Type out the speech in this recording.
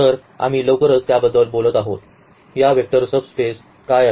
तर आम्ही लवकरच त्याबद्दल बोलत आहोत या वेक्टर सब स्पेसेस काय आहेत